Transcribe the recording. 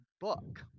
book